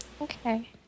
Okay